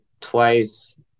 twice